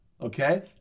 okay